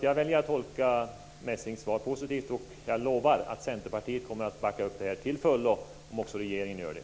Jag väljer att tolka Messings svar positivt, och jag lovar att Centerpartiet kommer att backa upp detta till fullo om också regeringen gör det.